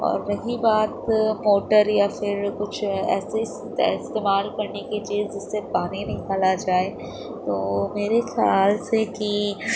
اور رہی بات موٹر یا پھر کچھ ایسی اس استعمال کرنے کی چیز جس سے پانی نکالا جائے تو میرے خیال سے کہ